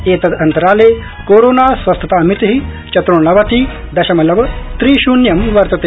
एतदन्तराले कोरोनास्वस्थतामिति चत्र्णवति दशमलव त्रि शून्यं वर्तते